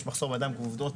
יש מחסור בידיים עובדות,